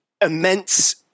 immense –